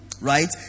right